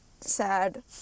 sad